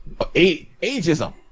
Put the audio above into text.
ageism